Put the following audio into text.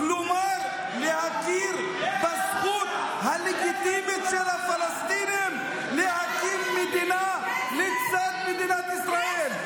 כלומר להכיר בזכות הלגיטימית של הפלסטינים להקים מדינה לצד מדינת ישראל.